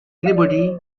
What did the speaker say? anybody